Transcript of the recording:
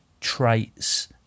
traits